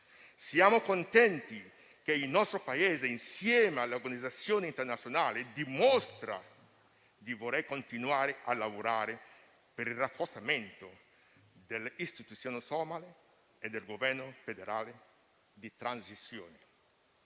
Siamo contenti che il nostro Paese, insieme alle organizzazioni internazionali, dimostri di voler continuare a lavorare per il rafforzamento delle Istituzioni somale e del Governo federale di transizione.